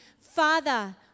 Father